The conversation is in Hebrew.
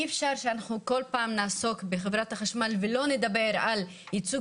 אי אפשר שאנחנו כל פעם נעסוק בחברת החשמל ולא נדבר על ייצוג